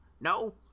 No